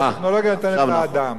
שהטכנולוגיה נותנת לאדם.